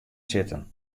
sitten